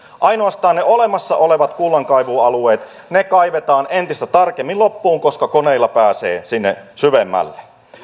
ainoastaan ne olemassa olevat kullankaivuualueet kaivetaan entistä tarkemmin loppuun koska koneilla pääsee sinne syvemmälle